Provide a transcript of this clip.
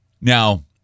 Now